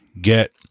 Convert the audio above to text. get